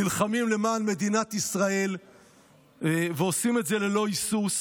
נלחמים למען מדינת ישראל ועושים את זה ללא היסוס.